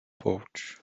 porch